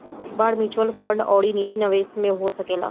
bond mutual fund अउरी निजी निवेश में हो सकेला